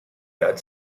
that